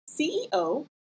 CEO